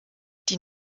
die